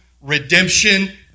redemption